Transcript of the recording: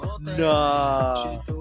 No